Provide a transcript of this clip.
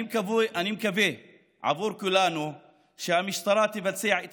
אני מקווה עבור כולנו שהמשטרה תבצע את